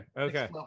okay